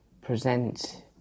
present